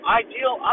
ideal